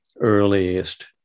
earliest